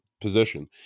position